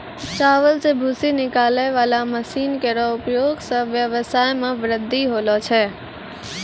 चावल सें भूसी निकालै वाला मसीन केरो उपयोग सें ब्यबसाय म बृद्धि होलो छै